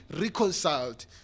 reconciled